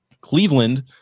Cleveland